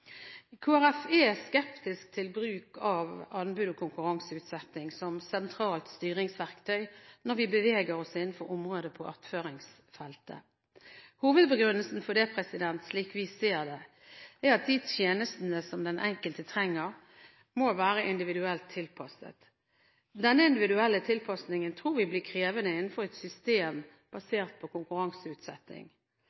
Folkeparti er skeptisk til bruk av anbud og konkurranseutsetting som sentralt styringsverktøy når vi beveger oss innenfor området på attføringsfeltet. Hovedbegrunnelsen for det, slik vi ser det, er at de tjenestene som den enkelte trenger, må være individuelt tilpasset. Denne individuelle tilpasningen tror vi blir krevende innenfor et system